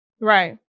Right